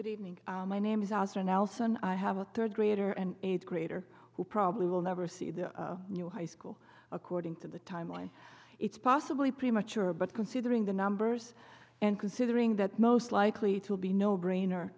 that evening my name is oscar nelson i have a third grader and eighth grader who probably will never see the new high school according to the timeline it's possibly premature but considering the numbers and considering that most likely to be no brainer